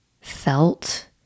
felt